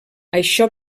això